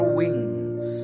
wings